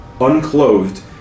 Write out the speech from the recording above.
unclothed